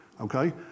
Okay